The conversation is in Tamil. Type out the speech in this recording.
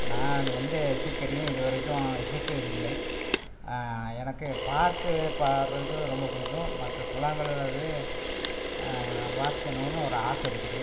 நான் எந்த இசைக்கருவியும் இது வரைக்கும் இசைச்சதில்லை எனக்கு பாட்டு பாடுறதுக்கு ரொம்ப பிடிக்கும் மற்ற புல்லாங்குழலது வாசிக்கணுன்னு ஒரு ஆசை இருக்குது